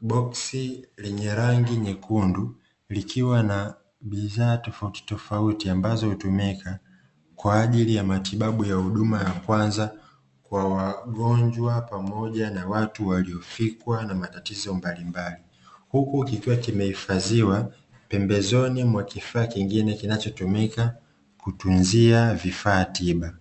boksi lenye rangi nyekundu lilikiwa na bidhaa tofauti tofauti ambazo hutumika kwajili ya matibabu ya huduma ya kwanza kwa wagonja pamoja na watu waliofikwa na matatizo mbalimbali, huku kikiwa kimehifadhiwa pembezoni mwa kifaa kingine kinachotumika kutunzia vifaa tiba.